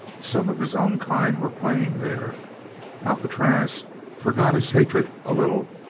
some of his own kind were playing there alcatraz forgot his hatred a little,